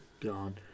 gone